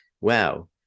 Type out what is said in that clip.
wow